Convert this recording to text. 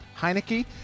Heineke